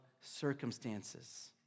circumstances